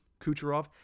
Kucherov